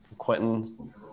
Quentin